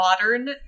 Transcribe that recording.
modern